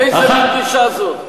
איזה מין גישה זאת?